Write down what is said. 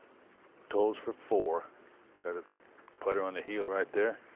tolles for four got to put on the heel right there.